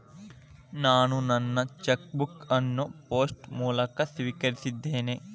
ನಾನು ನನ್ನ cheque book ಅನ್ನು ಪೋಸ್ಟ್ ಮೂಲಕ ಸ್ವೀಕರಿಸಿದ್ದೇನೆ